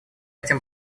этим